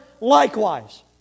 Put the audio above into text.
likewise